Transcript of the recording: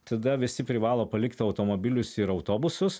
tada visi privalo palikt automobilius ir autobusus